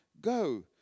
Go